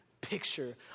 picture